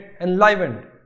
enlivened